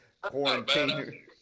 quarantine